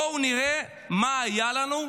בואו נראה מה היה לנו,